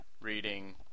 reading